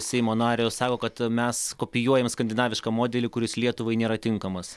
seimo nario sako kad mes kopijuojam skandinavišką modelį kuris lietuvai nėra tinkamas